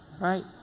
Right